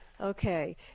okay